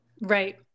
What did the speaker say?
Right